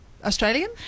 Australian